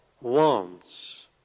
wants